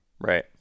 Right